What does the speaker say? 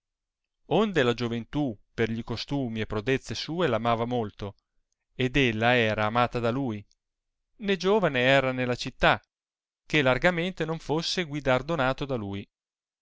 onde la gioventù per gli costumi e prodezze sue l'amava molto ed ella era amata da lui né giovane era nella città che largamente non fosse guidardonato da lui